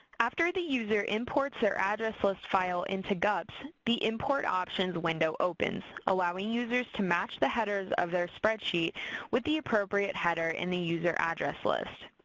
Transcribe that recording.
after the user imports their address list file into gups, the import options window opens, allowing users to match the headers of their spreadsheet with the appropriate header in the user address list.